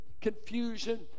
confusion